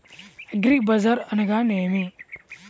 అగ్రిబజార్ అనగా నేమి?